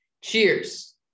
Cheers